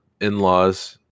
in-laws